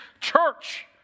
church